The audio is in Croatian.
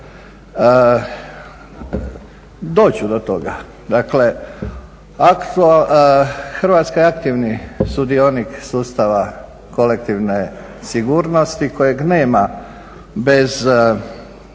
Hrvatska je aktivni sudionik sustava kolektivne sigurnosti kojeg nema bez